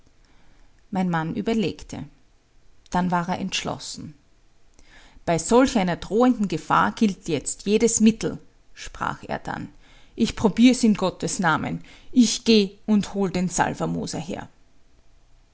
mein mann überlegte dann war er entschlossen bei solch einer drohenden gefahr gilt jetzt jedes mittel sprach er dann ich probier's in gottes namen ich geh und hol den salvermoser her